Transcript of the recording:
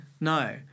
No